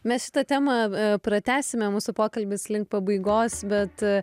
mes šitą temą pratęsime mūsų pokalbis link pabaigos bet